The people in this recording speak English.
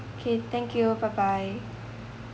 okay thank you bye bye